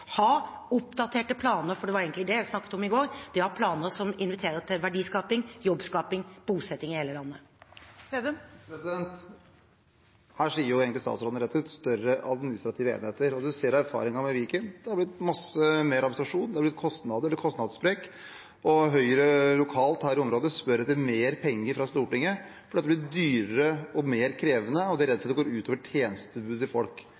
ha oppdaterte planer. For det var egentlig det jeg snakket om i går – det å ha planer som inviterer til verdiskaping, til jobbskaping og bosetting i hele landet. Her sier egentlig statsråden rett ut: større administrative enheter. Man ser erfaringen med Viken. Det har blitt mye mer administrasjon, det har blitt kostnadssprekk, og Høyre lokalt i området spør etter mer penger fra Stortinget fordi det blir dyrere og mer krevende, og de er redd for at det går ut over tjenestetilbudet til folk.